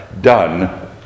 done